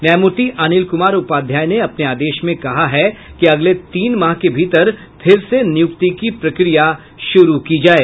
न्यायमूर्ति अनिल कुमार उपाध्याय ने अपने आदेश मे कहा है कि अगले तीन माह के भीतर फिर से नियुक्ति की प्रक्रिया शुरू की जाये